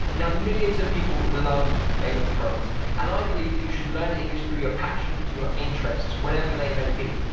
now millions of people love game of thrones and i believe that you should learn english through your passions, your interests, whatever they may be.